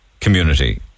community